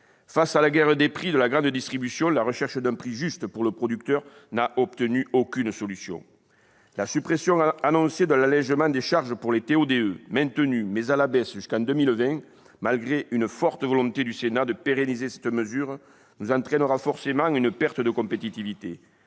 Face à la guerre des prix de la grande distribution, la recherche d'un prix juste pour le producteur n'a rencontré aucune solution. La suppression annoncée de l'allégement des charges pour les TO-DE, maintenu, mais à la baisse, jusqu'en 2020, malgré une volonté forte du Sénat de pérenniser cette mesure, nous entraînera forcément à une perte de compétitivité.